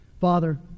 Father